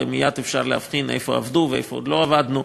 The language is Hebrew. ומייד אפשר להבחין איפה עבדנו ואיפה עוד לא עבדנו.